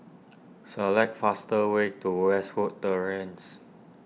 select fastest way to Westwood Terrace